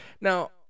Now